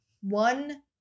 One